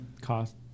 cost